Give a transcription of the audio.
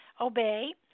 obey